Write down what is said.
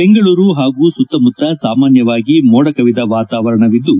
ಬೆಂಗಳೂರು ಪಾಗೂ ಸುತ್ತಮುತ್ತ ಸಾಮಾನ್ಸವಾಗಿ ಮೋಡಕವಿದ ವಾತಾವರಣವಿದ್ದು